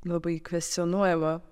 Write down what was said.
labai kvestionuojama